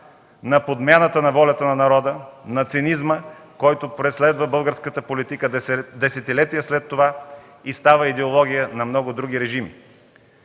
на подмяната на волята на народа, на цинизма, който преследва българската политика десетилетия след това и става идеология на много други режими.